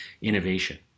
innovation